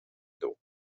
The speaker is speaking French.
d’eau